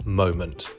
moment